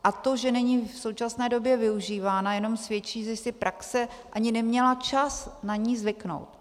A to, že není v současné době využívána, jenom svědčí o tom, že si praxe ani neměla čas na ni zvyknout.